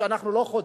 שאנחנו לא חוצים.